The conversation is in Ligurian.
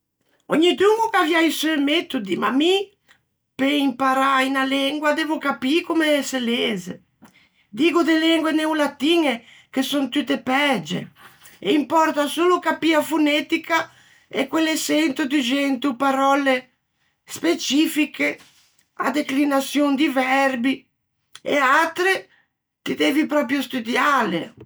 Ognidun o gh'avià i seu metodi, ma mi pe imparâ unna lengua devo capî comme se leze. Diggo de lengue neolatiñe, che son tutte pæge, e impòrta solo capî a fonetica e quelle çento duxento paròlle specifiche, a declinaçion di verbi. E atre ti devi pròpio studiâle.